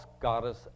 goddess